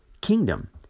kingdom